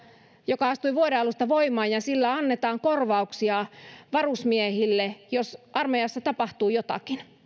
joka astui vuoden alusta voimaan sillä annetaan korvauksia varusmiehille jos armeijassa tapahtuu jotakin